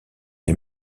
les